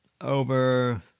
over